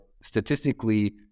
statistically